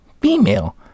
female